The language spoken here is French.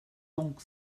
donc